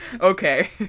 okay